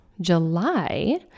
July